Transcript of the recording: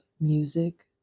music